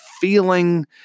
feeling